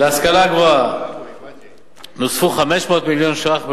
להשכלה הגבוהה נוספו 500 מיליון שקל,